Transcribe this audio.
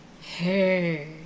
Hey